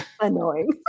Annoying